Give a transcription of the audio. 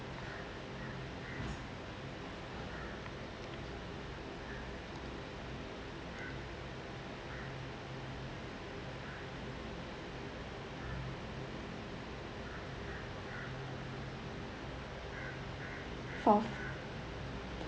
fourth